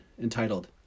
entitled